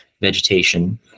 vegetation